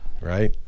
right